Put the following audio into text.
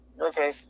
Okay